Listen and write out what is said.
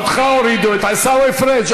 אותך הורידו, את עיסאווי פריג'.